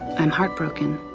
i'm heartbroken.